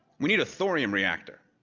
we need a thorium reactor.